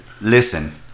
Listen